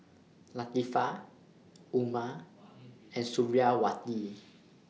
Latifa Umar and Suriawati